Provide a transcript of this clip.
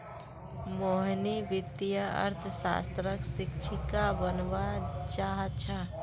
मोहिनी वित्तीय अर्थशास्त्रक शिक्षिका बनव्वा चाह छ